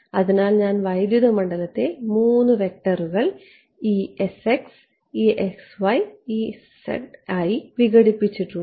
അതിനാൽ ഞാൻ വൈദ്യുത മണ്ഡലത്തെ 3 വെക്റ്ററുകൾ ആയി വിഘടിപ്പിച്ചിട്ടുണ്ട്